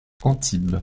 antibes